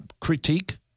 critique